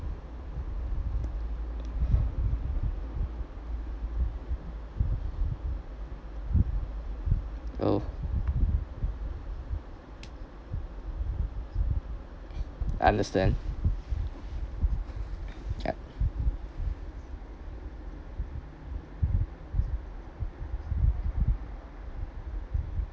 oh understand